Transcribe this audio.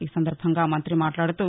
ఈసందర్బంగా మంత్రి మాట్లాడుతూ